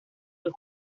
los